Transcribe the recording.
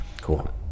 Cool